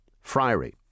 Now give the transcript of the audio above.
friary